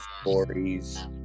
stories